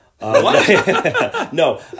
No